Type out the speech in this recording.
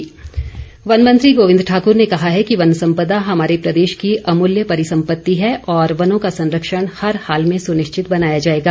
गोविंद ठाकुर वन मंत्री गोविंद ठाकूर ने कहा है कि वन संपदा हमारे प्रदेश की अमूलय परिसंपत्ति है और वनों का संरक्षण हर हाल में सुनिश्चित बनाया जाएगा